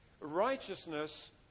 righteousness